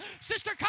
Sister